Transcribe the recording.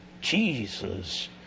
Jesus